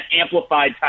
amplified